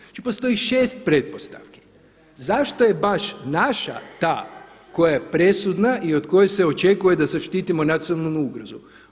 Znači postoji 6 pretpostavki zašto je baš naša ta koja je presudna i od koje se očekuje da zaštitimo nacionalnu ugrozu.